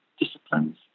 disciplines